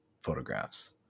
photographs